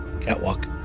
catwalk